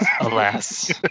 Alas